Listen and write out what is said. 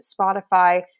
Spotify